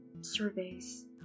Surveys